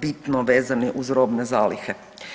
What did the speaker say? bitno vezani uz robne zalihe.